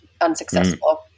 unsuccessful